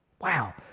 Wow